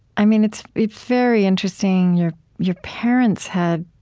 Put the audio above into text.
mean it's very interesting. your your parents had,